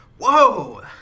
Whoa